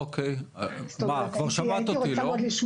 אוקיי, אבל כבר שמעת אותי, לא?